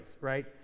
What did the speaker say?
right